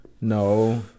No